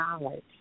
knowledge